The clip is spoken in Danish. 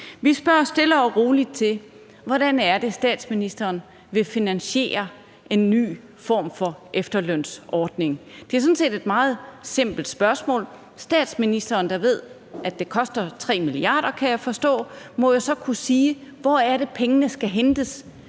Vi spørger stille og roligt til, hvordan statsministeren vil finansiere en ny form for efterlønsordning. Det er sådan set et meget simpelt spørgsmål. Statsministeren, der ved, at det koster 3 mia. kr., kan jeg forstå, må jo så kunne sige, hvor det er, pengene skal hentes.